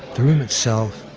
the room itself,